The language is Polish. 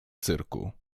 cyrku